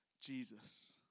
Jesus